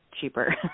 cheaper